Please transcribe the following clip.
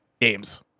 games